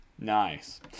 Nice